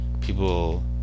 people